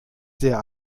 sehr